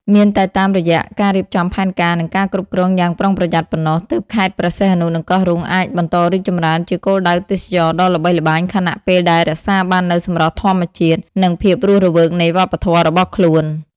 មានតែតាមរយៈការរៀបចំផែនការ និងការគ្រប់គ្រងយ៉ាងប្រុងប្រយ័ត្នប៉ុណ្ណោះ ទើបខេត្តព្រះសីហនុ និងកោះរ៉ុងអាចបន្តរីកចម្រើនជាគោលដៅទេសចរណ៍ដ៏ល្បីល្បាញ ខណៈពេលដែលរក្សាបាននូវសម្រស់ធម្មជាតិ និងភាពរស់រវើកនៃវប្បធម៌របស់ខ្លួន។